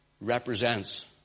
represents